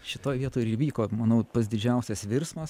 šitoj vietoj ir įvyko manau pats didžiausias virsmas